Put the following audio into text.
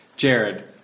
Jared